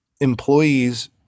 employees